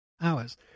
hours